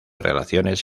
relaciones